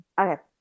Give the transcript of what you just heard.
Okay